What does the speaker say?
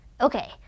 Okay